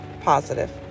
positive